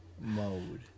mode